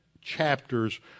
chapters